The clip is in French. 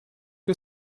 que